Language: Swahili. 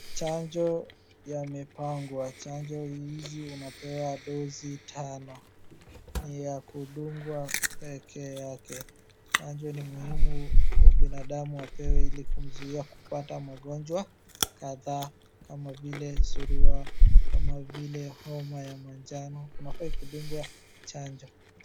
Chanjo ya mpango wa chanjo hizi unapewa dozi tano. Ni ya kudungwa pekee yake. Chanjo ni muhimu binadamu apewe ili kumzuia kupata magonjwa kadhaa, kama vile surua, kama vile homa ya manjano. Unafaa kudungwa chanjo.